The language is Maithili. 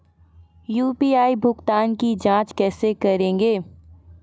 यु.पी.आई भुगतान की जाँच कैसे करेंगे?